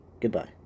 goodbye